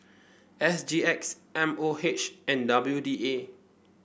S G X M O H and W D A